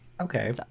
Okay